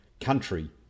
country